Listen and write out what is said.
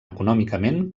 econòmicament